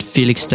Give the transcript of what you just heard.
Felix